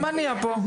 מה נהיה פה?